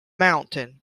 mountain